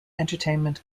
entertainment